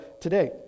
today